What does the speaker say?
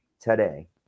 today